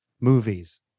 movies